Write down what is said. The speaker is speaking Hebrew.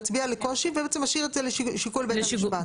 מצביע על קושי ומשאיר את זה לשיקול בית המשפט.